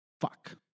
fuck